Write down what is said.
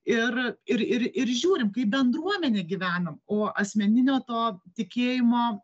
ir ir ir ir žiūrim kaip bendruomenė gyvenam o asmeninio to tikėjimo